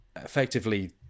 effectively